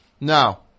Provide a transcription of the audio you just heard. now